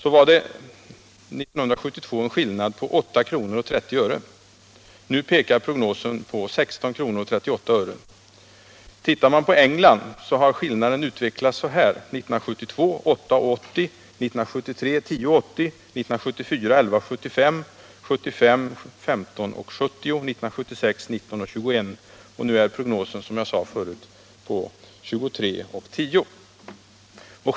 År 1972 var skillnaden 8:30 kr. Nu pekar prognosen på 16:38 kr. I förhållande till England har skillnaden utvecklats på följande sätt: 1972 8:80 kr., 1973 10:80 kr., 1974 11:75 kr., 1975 15:70 kr. och 1976 19:21 kr. Nu pekar prognosen, som jag sagt, på en skillnad av 23:10 kr.